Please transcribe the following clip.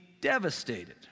devastated